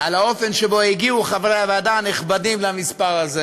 על האופן שבו הגיעו חברי הוועדה הנכבדים למספר הזה?